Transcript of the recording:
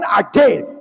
again